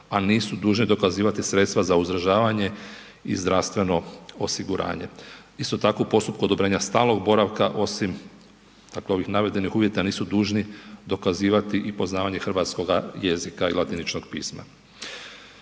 a nisu dužni dokazivati sredstva za uzdržavanje i zdravstveno osiguranje. Isto tako i u postupku odobrenja stalnog boravka osim dakle ovih navedenih uvjeta, nisu dužni dokazivati i poznavanje hrvatskoga jezika i latiničnog pisma.